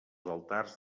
altars